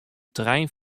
trein